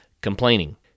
complaining